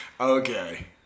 okay